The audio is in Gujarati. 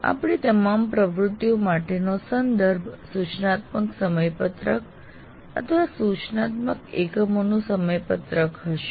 આપણી તમામ પ્રવૃત્તિઓ માટેનો સંદર્ભ સૂચનાત્મક સમયપત્રક અથવા સૂચનાત્મક એકમોનું સમયપત્રક હશે